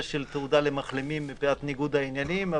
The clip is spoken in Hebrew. של תעודה למחלימים מפאת ניגוד העניינים,